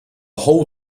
whole